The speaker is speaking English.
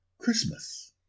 Christmas